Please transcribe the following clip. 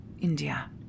India